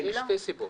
יש שתי סיבות.